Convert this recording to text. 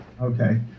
okay